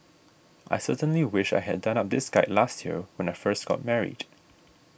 I certainly wish I had done up this guide last year when I first got married